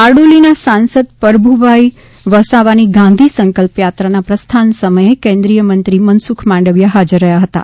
બારડોલીના સાંસદ પરભુભાઈ વસાવાની ગાંધી સંકલ્પયાત્રાના પ્રસ્થાન સમયે કેન્દ્રિય મંત્રી મનસુખ માંડવીયા હાજર રહ્યા હતાં